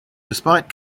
despite